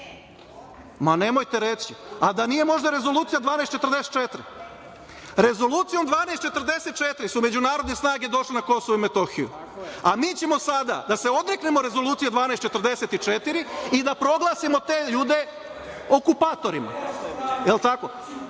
Ma, nemojte reći, a da nije možda rezolucija 1244? Rezolucijom 1244 su međunarodne snage došle na Kosovo i Metohiju, a mi ćemo sada da se odreknemo Rezolucije 1244 i da proglasimo te ljude okupatorima, jel